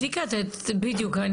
צביקה, בדיוק.